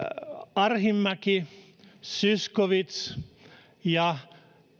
arhinmäki zyskowicz ja